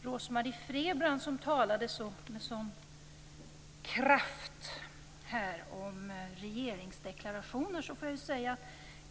Till Rose-Marie Frebran, som talade med sådan kraft här om regeringsdeklarationer, får jag säga att